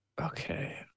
Okay